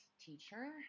teacher